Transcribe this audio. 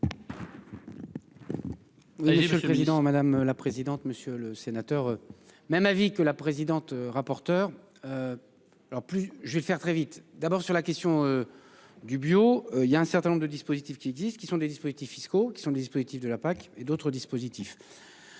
monsieur le président, madame la présidente, monsieur le sénateur. Même avis que la présidente rapporteur. Alors plus je vais le faire très vite d'abord sur la question. Du bio, il y a un certain nombre de dispositifs qui existent, qui sont des dispositifs fiscaux qui sont des dispositifs de la PAC et d'autres dispositifs.